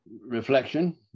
Reflection